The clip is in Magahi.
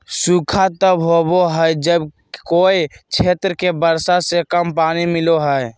सूखा तब होबो हइ जब कोय क्षेत्र के वर्षा से कम पानी मिलो हइ